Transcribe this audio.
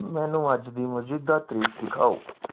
ਮੈਨੂੰ ਅੱਜ ਦੀ ਮੌਜੂਦਾ ਤਾਰੀਖ ਦਿਖਾਓ